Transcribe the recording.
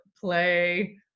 play